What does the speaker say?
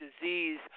disease